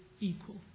equal